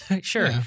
Sure